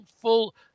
full